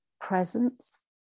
presence